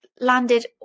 landed